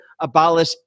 abolish